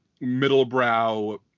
middle-brow